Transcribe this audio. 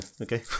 Okay